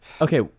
Okay